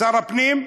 שר הפנים,